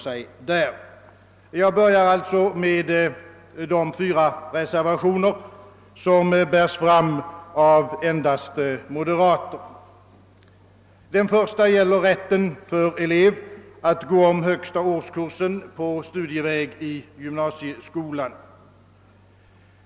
Jag börjar alltså med de fyra reservationer som bärs fram av enbart moderater. Den första gäller rätten för elev att gå om högsta årskursen på studieväg i gymnasieskolan.